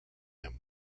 him